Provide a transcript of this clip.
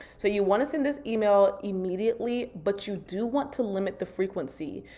so you wanna send this email immediately, but you do want to limit the frequency.